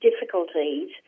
difficulties